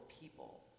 people